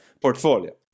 portfolio